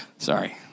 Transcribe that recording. Sorry